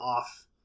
off